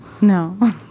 No